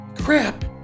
Crap